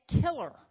killer